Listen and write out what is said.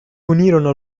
unirono